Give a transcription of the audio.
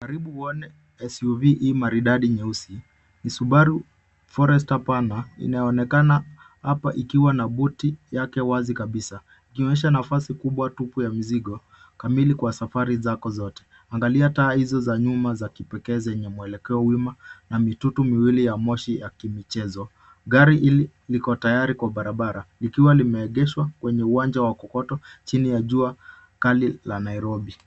Karibu uone SUV hii maridadi nyeusi, ni Subaru Forester Panda, inaonekana hapa ikiwa na buti yake wazi kabisa, ikionyesha nafasi kubwa tupu ya mzigo, kamili kwa safari zako zote. Angalia taa hizo za nyuma za kipekee zenye mwelekeo wima, na mitutu miwili ya moshi ya kimichezo. Gari hili liko tayari kwa barabara, likiwa limeegeshwa kwenye uwanja wa kokoto chini ya jua kali la Nairobi.